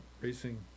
racing